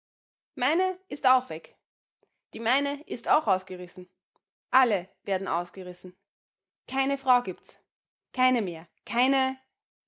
meine ist auch weg die meine ist auch ausgerissen alle werden ausgerissen keine frau gibts keine frau mehr keine